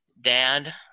Dad